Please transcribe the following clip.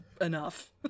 enough